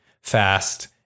fast